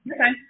Okay